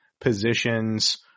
positions